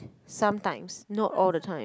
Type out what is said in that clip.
sometimes not all the time